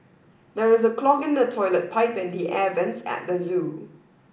there is a clog in the toilet pipe and the air vents at the zoo